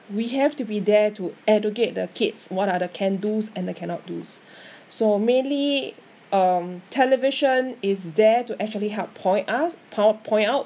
we have to be there to educate the kids what are the can do's and the cannot do's so mainly um television is there to actually help point us po~ point out